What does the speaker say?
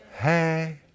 hey